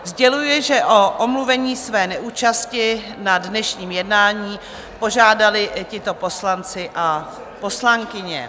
Sděluji, že o omluvení své neúčasti na dnešním jednání požádali tito poslanci a poslankyně...